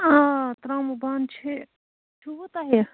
آ ترٛاموٗ بانہٕ چھِ چھُوٕ تۄہہِ